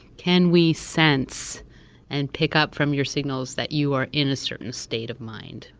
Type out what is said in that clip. can we sense and pick up from your signals that you are in a certain state of mind,